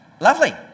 Lovely